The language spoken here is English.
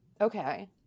Okay